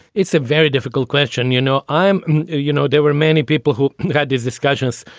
it's a very difficult question. you know, i'm you know, there were many people who had these discussions.